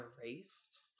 Erased